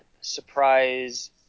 surprise